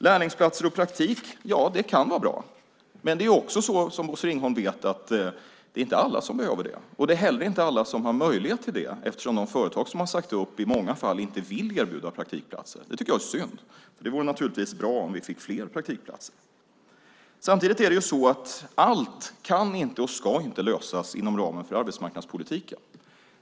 Lärlingsplatser och praktik, ja, det kan vara bra, men som Bosse Ringholm vet är det inte alla som behöver det. Det är heller inte alla som har möjlighet till det, eftersom de företag som har sagt upp i många fall inte vill erbjuda praktikplatser. Det tycker jag är synd. Det vore naturligtvis bra om vi fick fler praktikplatser. Samtidigt är det så att allt inte kan och ska lösas inom ramen för arbetsmarknadspolitiken.